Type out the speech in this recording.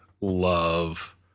love